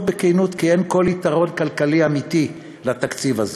בכנות כי אין כל יתרון כלכלי אמיתי לתקציב הזה.